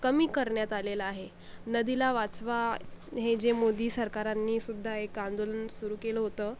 कमी करण्यात आलेलं आहे नदीला वाचवा हे जे मोदी सरकारांनीसुद्धा एक आंदोलन सुरु केलं होतं